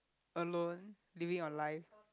alone living your life